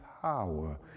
power